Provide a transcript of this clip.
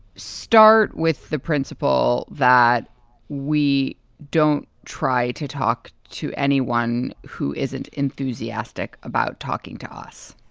start with the principle that we don't try to talk to anyone who isn't enthusiastic about talking to us.